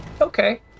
Okay